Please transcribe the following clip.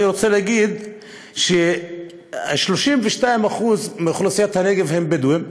אני רוצה להגיד ש-32% מאוכלוסיית הנגב הם בדואים,